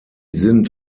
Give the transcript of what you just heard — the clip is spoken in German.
sind